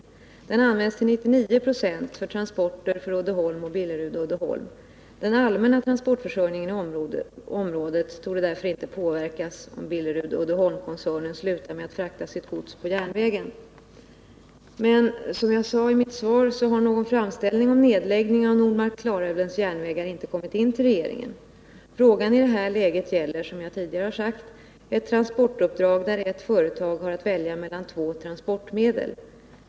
Järnvägen används till 99 96 för transporter för Uddeholm och Billerud-Uddeholm. Den allmänna transportförsörjningen i området torde därför inte påverkas om Billerud-Uddeholmskoncernen slutar med att forsla sitt gods på järnvägen. Men som jag sade i mitt svar har någon framställning om nedläggning av Nordmark-Klarälvens järnvägar inte kommit in till regeringen. Frågan i det här läget gäller, som jag tidigare sagt, ett transportuppdrag där ett företag har att välja mellan två transportmedel.